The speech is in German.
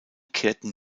kehrten